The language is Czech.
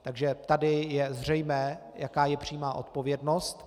Takže tady je zřejmé, jaká je přímá odpovědnost.